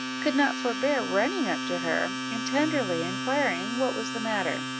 could not forbear running up to her, and tenderly inquired what was the matter.